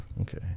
Okay